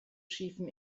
schiefen